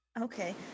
okay